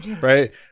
Right